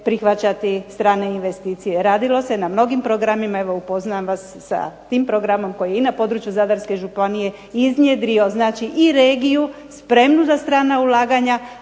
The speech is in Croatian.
prihvaćati strane investicije. Radilo se na mnogim programima, evo upoznajem vas sa tim programom koji je i na području zadarske županije iznjedrio znači i regiju spremnu za strana ulaganja,